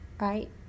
right